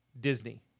Disney